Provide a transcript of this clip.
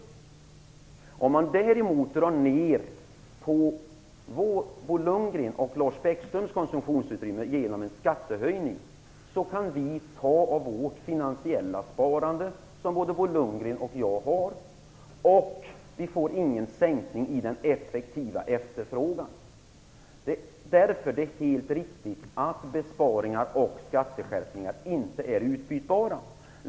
Drar man däremot ner på Bo Lundgrens och mitt konsumtionsutrymme genom en skattehöjning kan vi ta av det finansiella sparande som vi båda har. Det blir då ingen minskning av den effektiva efterfrågan. Därför är det helt riktigt att besparingar och skatteskärpningar inte är utbytbara.